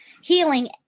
healing